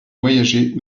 voyager